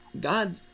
God